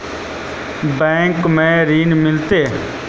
Bank में ऋण मिलते?